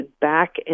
back